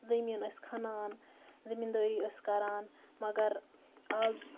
زٔمیٖن ٲسۍ کھَنان زٔمیٖندٲری ٲسۍ کَران مگر آز